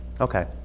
Okay